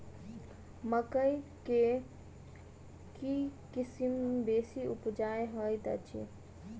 मकई केँ के किसिम बेसी उपजाउ हएत अछि?